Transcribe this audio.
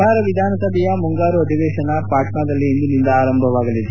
ಬಿಹಾರ ವಿಧಾನಸಭೆಯ ಮುಂಗಾರು ಅಧಿವೇಶನ ಪಾಟ್ನಾದಲ್ಲಿ ಇಂದಿನಿಂದ ಆರಂಭವಾಗಲಿದೆ